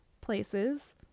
places